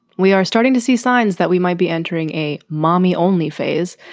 we are starting to see signs that we might be entering a mommy only phase.